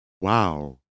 wow